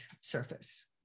surface